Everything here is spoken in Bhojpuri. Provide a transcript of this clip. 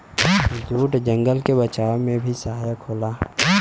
जूट जंगल के बचावे में भी सहायक होला